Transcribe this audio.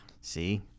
See